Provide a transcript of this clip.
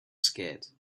scared